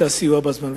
סיוע בזמן.